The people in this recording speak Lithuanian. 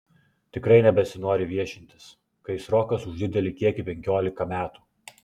tikrai nebesinori viešintis kai srokas už didelį kiekį penkiolika metų